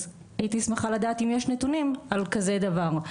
אז הייתי שמחה לדעת אם יש נתונים על כזה דבר.